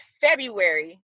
February